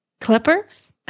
Clippers